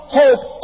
hope